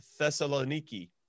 thessaloniki